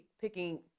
picking